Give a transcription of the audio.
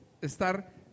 estar